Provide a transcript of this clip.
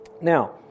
Now